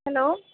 hello